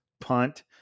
punt